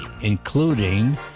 including